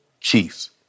Chiefs